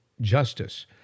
justice